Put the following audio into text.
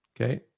Okay